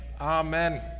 Amen